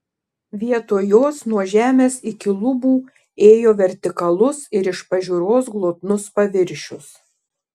vietoj jos nuo žemės iki lubų ėjo vertikalus ir iš pažiūros glotnus paviršius